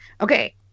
Okay